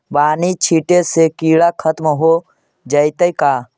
बानि छिटे से किड़ा खत्म हो जितै का?